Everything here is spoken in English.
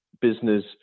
business